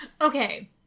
okay